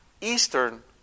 eastern